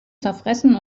zerfressen